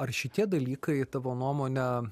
ar šitie dalykai tavo nuomone